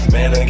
Man